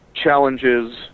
Challenges